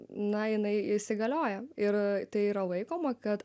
na jinai įsigalioja ir tai yra laikoma kad